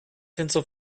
tinsel